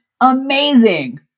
amazing